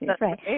right